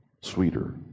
sweeter